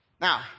Now